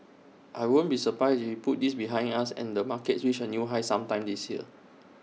I won't be surprised if we put this behind us and the markets reach A new high sometime this year